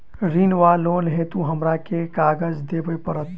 ऋण वा लोन हेतु हमरा केँ कागज देबै पड़त?